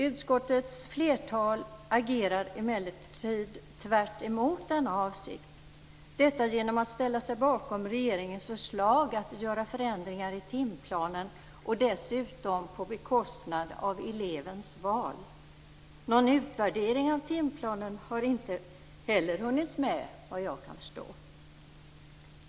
Utskottets flertal agerar emellertid tvärtemot denna avsikt, detta genom att ställa sig bakom regeringens förslag att göra förändringar i timplanen och dessutom på bekostnad av elevens val. Någon utvärdering av timplanen har inte heller hunnits med, vad jag kan förstå.